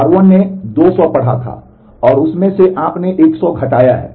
r1 ने 200 पढ़ा था और उसमें से आपने 100 घटाया है